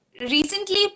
Recently